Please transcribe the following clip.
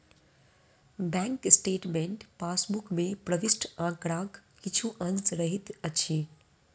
bank statement passbook मे प्रविष्ट आंकड़ाक किछु अंश रहैत अछि